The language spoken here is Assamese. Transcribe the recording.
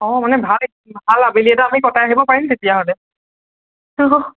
অঁ মানে ভাল ভাল আবেলি এটা আমি কটায় আহিব পাৰিম তেতিয়াহ'লে